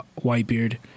Whitebeard